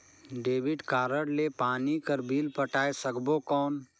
Debit card ले पानी कर बिल पटाय सकबो कौन?